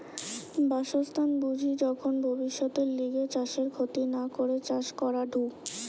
বাসস্থান বুঝি যখন ভব্যিষতের লিগে চাষের ক্ষতি না করে চাষ করাঢু